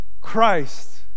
Christ